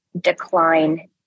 decline